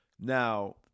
Now